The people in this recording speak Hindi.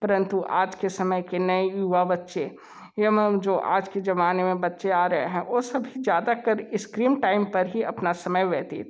परंतु आज के समय के नए युवा बच्चे एवं आज के ज़माने में जो बच्चे आ रहे हैं वह सब भी ज़्यादातर स्क्रीन टाइम पर ही अपना समय व्यतीत